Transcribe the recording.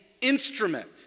instrument